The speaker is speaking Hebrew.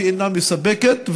שאינה מספקת,